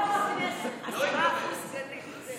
10% סגנים.